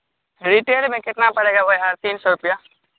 retail मे कितना पड़ेगा वही है तीन सौ रुपैया